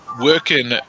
working